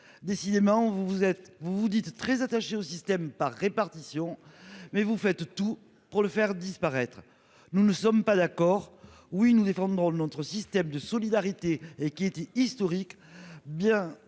vous êtes vous, vous dites très attaché au système par répartition. Mais vous faites tout pour le faire disparaître. Nous ne sommes pas d'accord oui. Nous défendrons notre système de solidarité et qui était historique bien